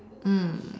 mm